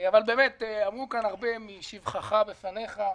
אמרו כאן הרבה משבחך בפניך.